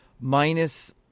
minus